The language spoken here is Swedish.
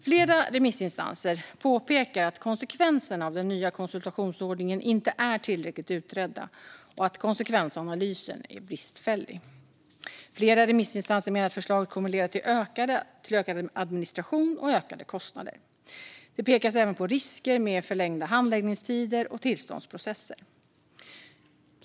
Flera remissinstanser påpekar att konsekvenserna av den nya konsultationsordningen inte är tillräckligt utredda och att konsekvensanalysen är bristfällig. Flera remissinstanser menar att förslaget kommer att leda till ökad administration och ökade kostnader. Det pekas även på risker med förlängda handläggningstider och tillståndsprocesser.